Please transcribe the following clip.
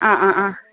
ആ ആ ആ